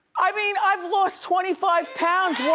i mean, i've lost twenty five pounds, yeah